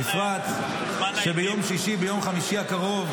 --- בפרט שביום חמישי הקרוב,